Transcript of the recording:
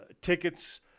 tickets